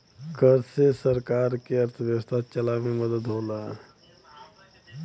कर से सरकार के अर्थव्यवस्था चलावे मे मदद होला